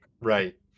right